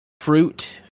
fruit